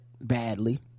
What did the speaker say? badly